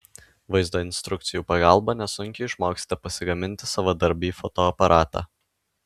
vaizdo instrukcijų pagalba nesunkiai išmoksite pasigaminti savadarbį fotoaparatą